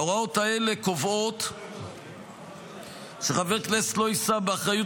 ההוראות האלה קובעות שחבר הכנסת לא יישא באחריות